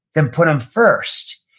then put them first,